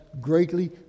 greatly